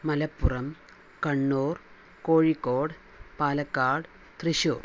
Malappuram Kannur Kozhikode Palakkad Thrissur